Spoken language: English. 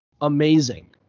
amazing